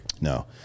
No